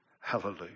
Hallelujah